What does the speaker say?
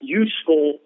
useful